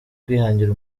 kwihangira